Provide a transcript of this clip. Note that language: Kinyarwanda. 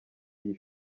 iyi